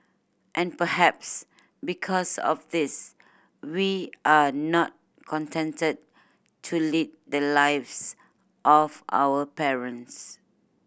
and perhaps because of this we are not contented to lead the lives of our parents